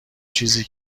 چیزی